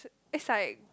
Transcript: it's like